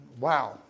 Wow